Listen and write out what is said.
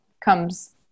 comes